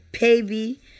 baby